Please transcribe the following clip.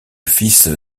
fils